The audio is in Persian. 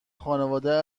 خانواده